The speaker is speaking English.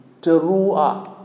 Teruah